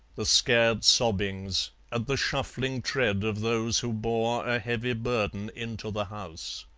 the scared sobbings and the shuffling tread of those who bore a heavy burden into the house.